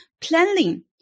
planning